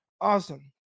awesome